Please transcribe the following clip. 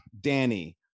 Danny